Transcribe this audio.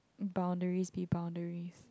boundaries be boundaries